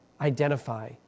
identify